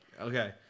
okay